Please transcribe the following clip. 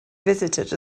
visited